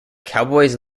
cowboys